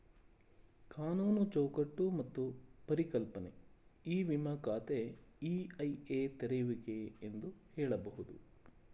ಕಾನೂನು ಚೌಕಟ್ಟು ಮತ್ತು ಪರಿಕಲ್ಪನೆ ಇ ವಿಮ ಖಾತೆ ಇ.ಐ.ಎ ತೆರೆಯುವಿಕೆ ಎಂದು ಹೇಳಬಹುದು